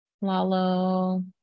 Lalo